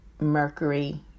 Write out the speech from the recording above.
Mercury